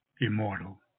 immortal